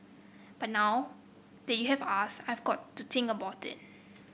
but now that you have asked I've got to think about it